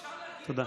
אפשר להגיד כל דבר,